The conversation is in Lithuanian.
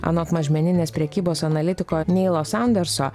anot mažmeninės prekybos analitiko neilo sanderso